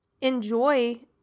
enjoy